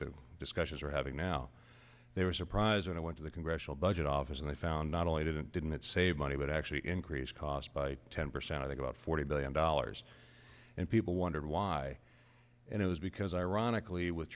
the discussions are having now they were surprised when i went to the congressional budget office and they found not only didn't didn't it save money but actually increased cost by ten percent about forty billion dollars and people wondered why and it was because ironically with